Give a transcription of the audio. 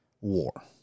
War